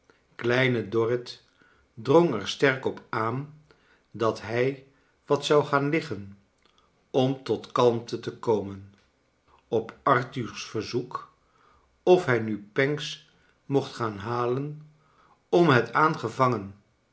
kleine dorrit drong er sfcerk op aan dat hij wat zou gaan liggen om tot kalmte te komen op arthur's verzoek of hij nu pancks mooht gaan halen om het